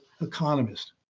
economist